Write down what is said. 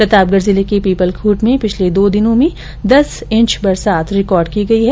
प्रतापगढ जिले के पीपलखूंट में पिछले दो दिनों में दस इंच बरसात रिकॉर्ड की गई हैं